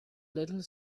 little